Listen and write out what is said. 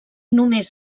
només